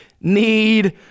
need